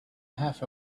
half